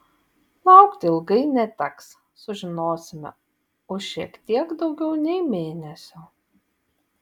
laukti ilgai neteks sužinosime už šiek tiek daugiau nei mėnesio